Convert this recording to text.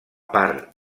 part